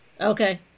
Okay